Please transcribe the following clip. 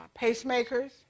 pacemakers